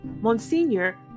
Monsignor